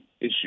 issue